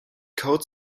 code